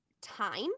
time